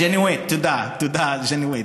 ג'נואט, ג'נואט.